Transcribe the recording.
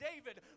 David